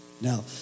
Now